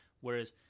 Whereas